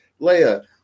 Leia